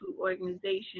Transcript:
organization